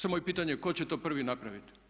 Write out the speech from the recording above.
Samo je pitanje tko će to prvi napraviti.